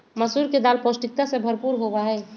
मसूर के दाल पौष्टिकता से भरपूर होबा हई